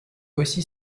aussi